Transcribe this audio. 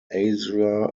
asia